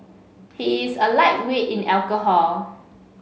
he is a lightweight in alcohol